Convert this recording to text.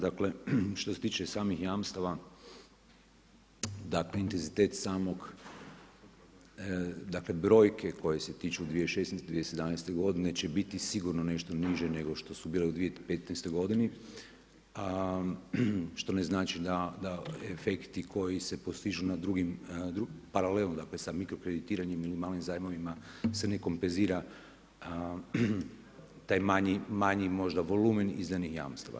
Dakle, što se tiče samih jamstava, da intenzitet same brojke koje se tiču 2016. i 2017. godine će biti sigurno nešto niže nego što su bile u 2015. godini, što ne znači da efekti koji se postižu na drugim paralelno, sa mikrokreditiranjem ili malim zajmovima se ne kompenzira, taj manji možda volumen izdanih jamstava.